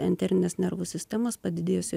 enterinės nervų sistemos padidėjusio